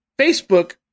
Facebook